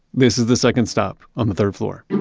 this is the second stop on the third floor.